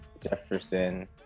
Jefferson